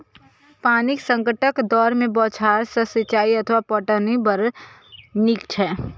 पानिक संकटक दौर मे बौछार सं सिंचाइ अथवा पटौनी बड़ नीक छै